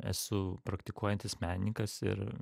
esu praktikuojantis menininkas ir